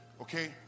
Okay